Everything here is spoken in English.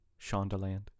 Shondaland